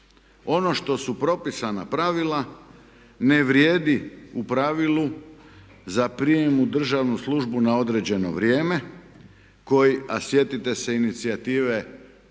Ono što su propisana pravila ne vrijedi u pravilu za prijem u državnu službu na određeno vrijeme a sjetite se inicijative